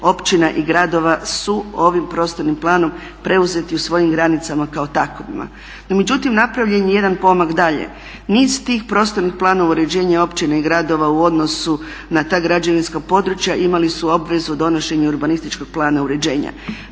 općina i gradova su ovim prostornim planom preuzeti u svojim granicama kao takvim. No međutim napravljen je jedan pomak dalje, niz tih prostornih planova uređenja općina i gradova u odnosu na ta građevinska područja imali su obvezu donošenja urbanističkog plana uređenja.